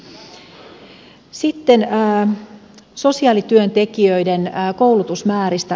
sitten täällä kysyttiin sosiaalityöntekijöiden koulutusmääristä